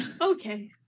Okay